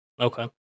okay